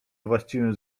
właściwym